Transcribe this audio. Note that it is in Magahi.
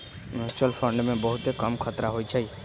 म्यूच्यूअल फंड मे बहुते कम खतरा होइ छइ